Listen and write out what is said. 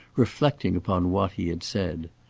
reflecting upon what he had said.